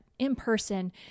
in-person